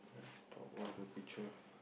top of the picture